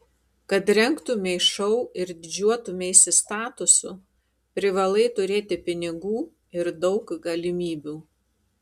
kad rengtumei šou ir didžiuotumeisi statusu privalai turėti pinigų ir daug galimybių